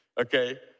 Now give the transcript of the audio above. Okay